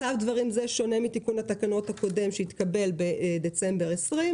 מצב דברים זה שונה מתיקון התקנות הקודם שהתקבל בדצמבר 2020,